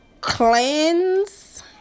cleanse